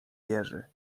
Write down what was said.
jerzy